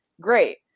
great